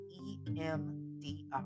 EMDR